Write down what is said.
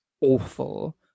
awful